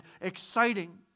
exciting